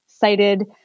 cited